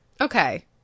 Okay